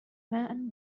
man